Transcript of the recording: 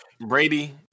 Brady